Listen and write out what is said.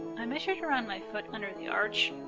i measured around my foot under the arch,